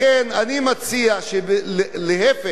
לכן, אני מציע להיפך.